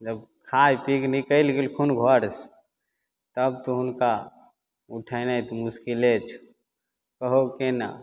जब खाइ पी कऽ निकलि गेलखुन घरसँ तब तु हुनका उठेनाइ तऽ मुश्किले छौ कहु केना